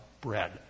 bread